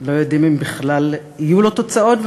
לא יודעים אם בכלל יהיו לו תוצאות,